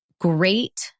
great